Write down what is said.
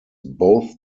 both